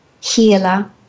Healer